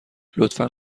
لطفا